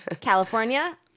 California